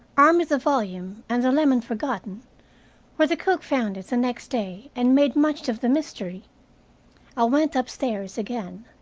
armed with the volume, and the lemon forgotten where the cook found it the next day and made much of the mystery i went upstairs again.